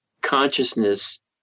consciousness